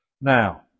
Now